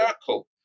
circle